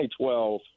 2012